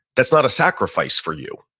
that's not a sacrifice for you.